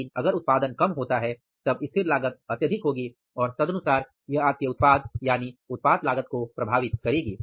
लेकिन अगर उत्पादन कम होता है तब स्थिर लागत अत्यधिक होगी और तदनुसार यह आपके उत्पाद यानी उत्पाद लागत को प्रभावित करेगी